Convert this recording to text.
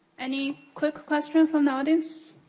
any quick question from the audience?